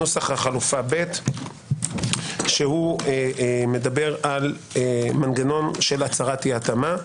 לנוסח חלופה ב' שמדבר על מנגנון של הצהרת אי התאמה.